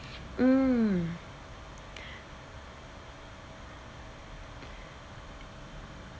mm